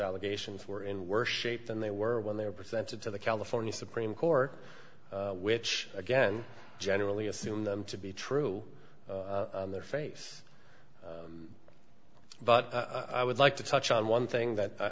allegations were in worse shape than they were when they were presented to the california supreme court which again generally assume them to be true in their face but i would like to touch on one thing that